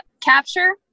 Capture